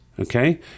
Okay